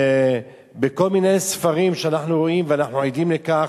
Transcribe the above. בכל מיני ספרים שאנחנו רואים, ואנחנו עדים לכך,